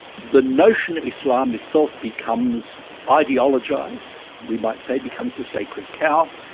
the notion of islam itself becomes ideologised, we might say, becomes a sacred cow,